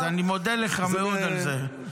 אני מודה לך מאוד על זה,